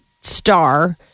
star